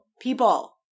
People